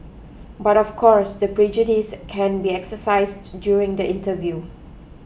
but of course the prejudice can be exercised during the interview